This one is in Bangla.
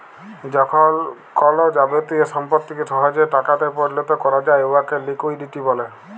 যখল কল যাবতীয় সম্পত্তিকে সহজে টাকাতে পরিলত ক্যরা যায় উয়াকে লিকুইডিটি ব্যলে